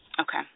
Okay